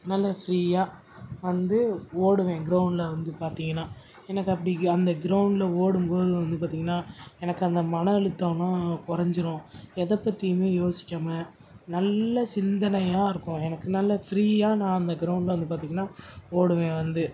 நல்ல ஃப்ரீயாக வந்து ஓடுவேன் க்ரௌண்ட்டில் வந்து பார்த்திங்கனா எனக்கு அப்படி அந்த க்ரௌண்ட்டில் ஓடும் போது வந்து பார்த்திங்கனா எனக்கு அந்த மன அழுத்தோம்லாம் குறஞ்சிரும் எதை பற்றியுமே யோசிக்காமல் நல்ல சிந்தனையாக இருக்கும் எனக்கு நல்ல ஃப்ரீயாக நான் அந்த க்ரௌண்ட்டில் வந்து பார்த்திங்கனா ஓடுவேன் வந்து